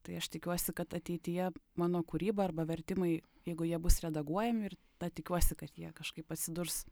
tai aš tikiuosi kad ateityje mano kūryba arba vertimai jeigu jie bus redaguojami ir ta tikiuosi kad jie kažkaip atsidurs